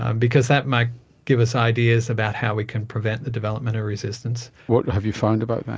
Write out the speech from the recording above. ah because that might give us ideas about how we can prevent the development of resistance. what have you found about that?